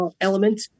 element